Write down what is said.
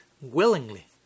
willingly